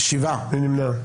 הצבעה לא אושרו.